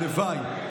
הלוואי,